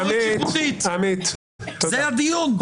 זה הדיון,